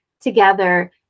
together